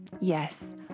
Yes